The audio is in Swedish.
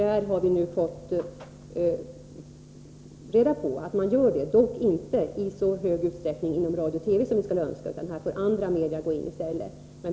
Vi har nu fått reda på att man gör det, dock inte i så stor utsträckning som vi skulle önska inom radio/TV, utan här får andra media gå in i stället.